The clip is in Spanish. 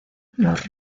los